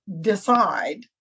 decide